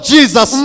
Jesus